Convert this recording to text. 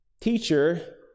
teacher